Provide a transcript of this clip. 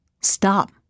Stop